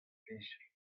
plij